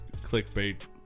clickbait